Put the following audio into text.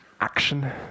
action